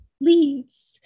Leaves